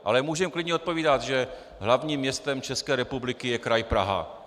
Ale můžeme klidně odpovídat, že hlavním městem České republiky je Kraj Praha.